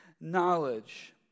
knowledge